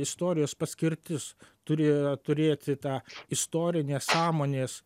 istorijos paskirtis turi turėti tą istorinės sąmonės